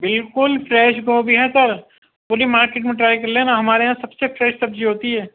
بالکل فریش گوبھی ہے سر پوری مارکیٹ میں ٹرائی کر لینا ہمارے یہاں سب سے فریش سبزی ہوتی ہے